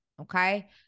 okay